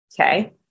Okay